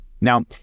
Now